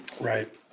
right